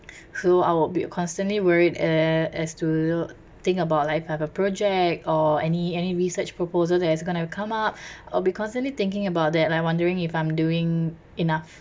who I would be constantly worried uh as to think about like if I have a project or any any research proposal that is going to come up I'll be constantly thinking about that like wondering if I'm doing enough